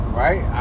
right